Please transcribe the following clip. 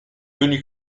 venu